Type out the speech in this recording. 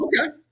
Okay